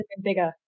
bigger